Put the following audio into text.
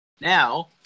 now